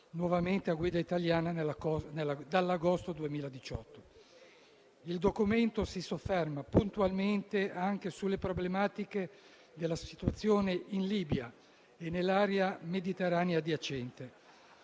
nuovamente a guida italiana dall'agosto 2018. Il documento si sofferma puntualmente anche sulle problematiche della situazione in Libia e nell'area mediterranea adiacente.